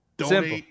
Simple